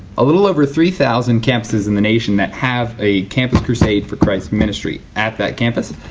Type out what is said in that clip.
a little over three, thousand campuses in the nation that have a campus crusade for christ ministry. at that campus.